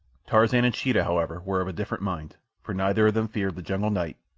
tarzan and sheeta, however, were of a different mind, for neither of them feared the jungle night,